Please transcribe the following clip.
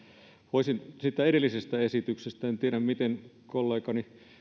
voisin siitä edellisestä esityksestä vielä sanoa en tiedä mitä kollegani